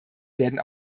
werden